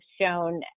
shown